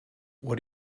what